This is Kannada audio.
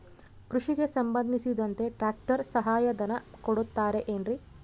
ಕೃಷಿಗೆ ಸಂಬಂಧಿಸಿದಂತೆ ಟ್ರ್ಯಾಕ್ಟರ್ ಸಹಾಯಧನ ಕೊಡುತ್ತಾರೆ ಏನ್ರಿ?